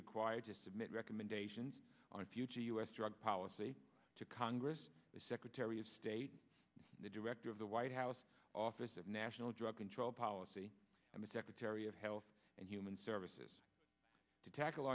required to submit recommendations on future u s drug policy to congress secretary of state the director of the white house office of national drug control policy and secretary of health and human services to tackle